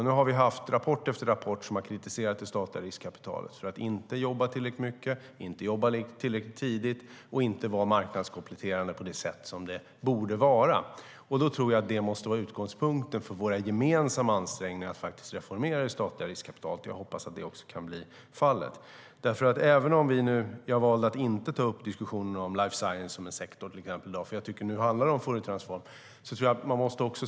Nu har rapport efter rapport kritiserat det statliga riskkapitalet för att inte jobba tillräckligt mycket, inte jobba tillräckligt tidigt och inte vara marknadskompletterande på det sätt som det borde vara. Då tror jag att utgångspunkten för våra gemensamma ansträngningar måste vara att reformera det statliga riskkapitalet. Jag hoppas att det också kan bli fallet. Jag valde att inte ta upp diskussionen om till exempel life science som en sektor i dag, för nu handlar det ju om Fouriertransform.